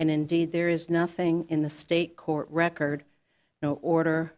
and indeed there is nothing in the state court record no order